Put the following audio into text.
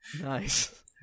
Nice